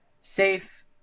safe